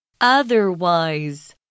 Otherwise